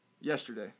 yesterday